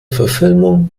verfilmung